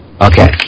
okay